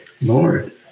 Lord